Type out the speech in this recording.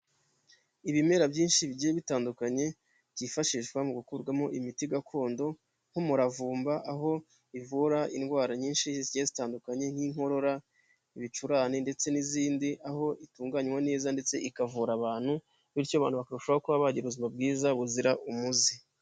Ibimera byinshi bigiye bitandukanye byifashishwa mu gukurarwamo imiti gakondo nk'umuravumba aho ivura indwara nyinshi zigiye zitandukanye, nk'inkorora, ibicurane, ndetse n'izindi aho itunganywa neza ndetse ikavura abantu bityo abantu bakarushaho kuba bagira ubuzima bwiza buzira umuze.